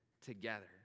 together